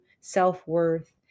self-worth